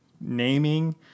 naming